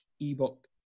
ebook